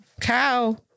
cow